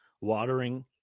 Watering